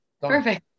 Perfect